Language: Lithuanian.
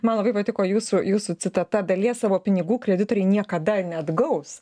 man labai patiko jūsų jūsų citata dalies savo pinigų kreditoriai niekada neatgaus